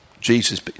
Jesus